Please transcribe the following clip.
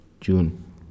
june